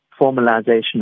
formalization